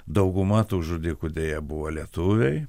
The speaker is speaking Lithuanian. dauguma tų žudikų deja buvo lietuviai